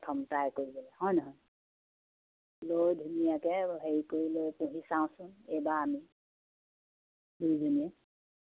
প্ৰথম ট্ৰাই কৰিবলৈ হয় নহয় লৈ ধুনীয়াকৈ হেৰি কৰি লৈ পুহি চাওঁচোন এইবাৰ আমি দুইজনীয়ে